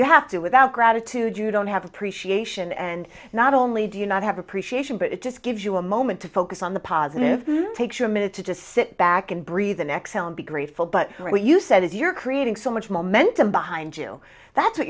you have to without gratitude you don't have appreciation and not only do you not have appreciation but it just gives you a moment to focus on the positive picture a minute to just sit back and breathe the next film be grateful but when you said it you're creating so much momentum behind you that's what